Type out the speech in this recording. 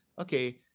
okay